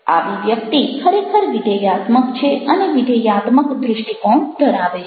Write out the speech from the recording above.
આવી વ્યક્તિ ખરેખર વિધેયાત્મક છે અને વિધેયાત્મક દ્રષ્ટિકોણ ધરાવે છે